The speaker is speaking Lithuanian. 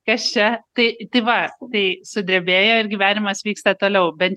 kas čia tai tai va tai sudrebėjo ir gyvenimas vyksta toliau bent